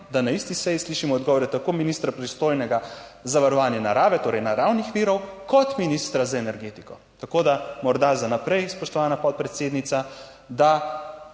da na isti seji slišimo odgovore tako ministra, pristojnega za varovanje narave, torej naravnih virov, kot ministra za energetiko. Tako da morda za naprej, spoštovana podpredsednica, da